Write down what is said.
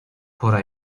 pora